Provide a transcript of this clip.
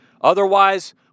Otherwise